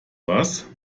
was